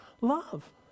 love